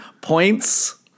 points